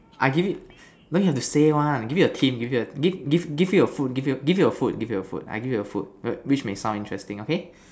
I give you no you have to say one give you a theme give you give give you a food give give you a food give you a food I give you a food which may sound interesting okay